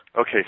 Okay